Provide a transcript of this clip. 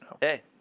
hey